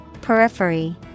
Periphery